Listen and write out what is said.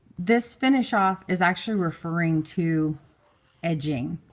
this finish off is actually referring to edging.